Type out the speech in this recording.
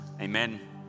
amen